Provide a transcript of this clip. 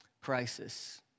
Crisis